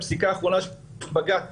הפסיקה האחרונה של בג"צ בעניין.